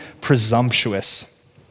presumptuous